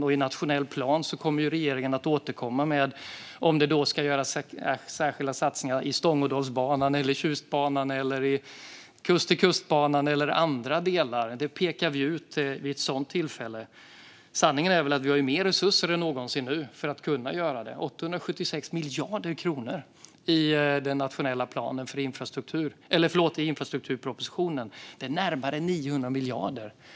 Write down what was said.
I den nationella planen kommer regeringen att återkomma om särskilda satsningar ska göras på Stångådalsbanan, Tjustbanan, Kust-till-kust-banan eller andra delar. Det pekar vi ut vid ett sådant tillfälle. Sanningen är att vi nu har mer resurser än någonsin för att kunna göra det. Det finns 876 miljarder kronor i infrastrukturpropositionen, det vill säga närmare 900 miljarder.